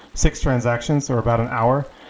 six transactions are about an hour.